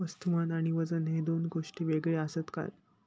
वस्तुमान आणि वजन हे दोन गोष्टी वेगळे आसत काय?